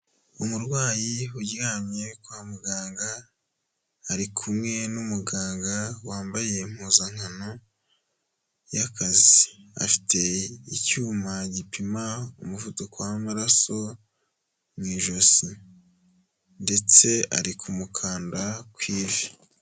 Umurwayi uryamye kwa muganga, ari kumwe n'umuganga wambaye impuzankano y'akazi. Afite icyuma gipima umuvuduko w'amaraso mu ijosi ndetse ari kumukanda ku ivi.